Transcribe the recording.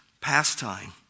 pastime